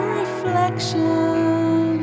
reflection